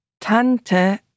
Tante